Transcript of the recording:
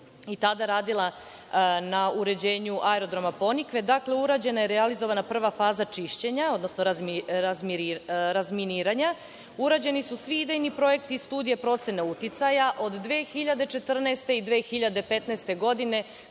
i tada radila na uređenju aerodroma „Ponikve“, urađena je i realizovana prva faza čišćenja, odnosno razminiranja, urađeni su svi idejni projekti i studija procena uticaja, od 2014. i 2015. godine